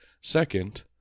Second